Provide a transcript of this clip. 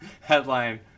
headline